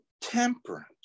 temperance